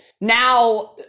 now